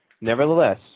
Nevertheless